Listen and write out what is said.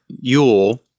Yule